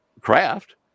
craft